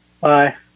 Bye